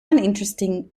uninteresting